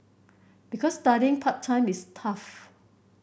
because studying part time is tough